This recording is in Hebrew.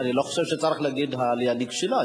אני לא חושב שצריך להגיד "העלייה נכשלה",